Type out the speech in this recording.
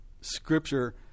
scripture